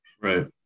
Right